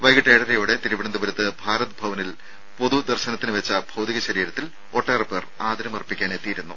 വൈകിട്ട് ഏഴരയോടെ തിരുവനന്തപുരത്ത് ഭാരത് ഭവനിൽ പൊതുദർശനത്തിനുവെച്ച ഭൌതികശരീരത്തിൽ ഒട്ടേറെ പേർ ആദരം അർപ്പിക്കാൻ എത്തിയിരുന്നു